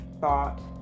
thought